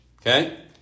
Okay